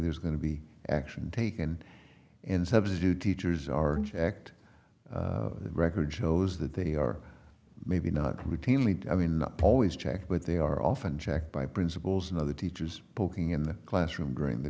there's going to be action taken and substitute teachers are checked the record shows that they are maybe not routinely i mean paul is checked but they are often checked by principals and other teachers poking in the classroom during the